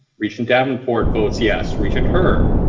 regent davenport votes yes. regent her?